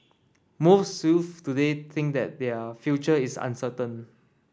most youths today think that their future is uncertain